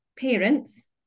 parents